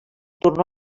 tornà